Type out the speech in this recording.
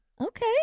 Okay